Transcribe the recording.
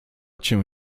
cię